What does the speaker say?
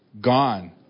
gone